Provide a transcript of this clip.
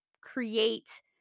create